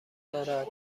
دارد